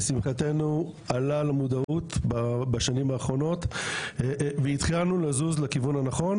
לשמחתנו עלה למודעות בשנים האחרונות והתחלנו לזוז לכיוון הנכון,